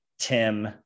Tim